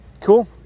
Cool